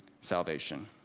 salvation